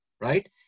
Right